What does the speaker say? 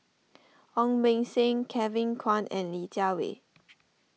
Ong Beng Seng Kevin Kwan and Li Jiawei